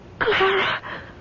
Clara